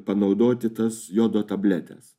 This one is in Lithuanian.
panaudoti tas jodo tabletes